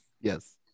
Yes